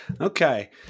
Okay